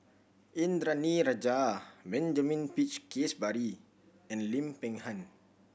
Indranee Rajah Benjamin Peach Keasberry and Lim Peng Han